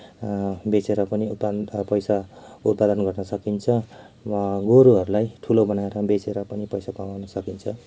बेचेर पनि उत्पादन पैसा उत्पादन गर्न सकिन्छ र गोरुहरूलाई ठुलो बनाएर बेचेर पनि पैसा कमाउन सकिन्छ